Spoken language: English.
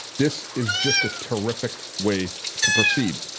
this is just a terrific way to proceed.